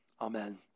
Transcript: Amen